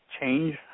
change